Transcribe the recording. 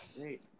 Great